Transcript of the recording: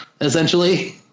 essentially